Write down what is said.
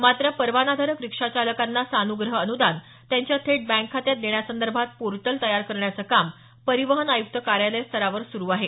मात्र परवानाधारक रिक्षा चालकांना सानुग्रह अनुदान त्यांच्या थेट बँक खात्यात देण्यासंदर्भात पोर्टल तयार करण्याचं काम परिवहन आयुक्त कार्यालय स्तरावर सुरू आहे